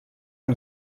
amb